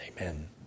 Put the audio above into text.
Amen